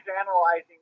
analyzing